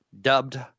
Dubbed